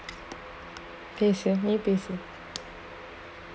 patient oh patient